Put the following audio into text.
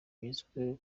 bizwiho